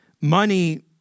Money